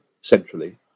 centrally